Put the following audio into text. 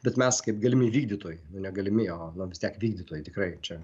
bet mes kaip galimi vykdytojai nu ne galimi o vis tiek vykdytojai tikrai čia